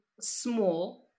small